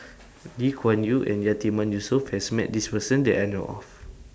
Lee Kuan Yew and Yatiman Yusof has Met This Person that I know of